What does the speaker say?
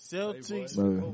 Celtics